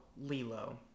Lilo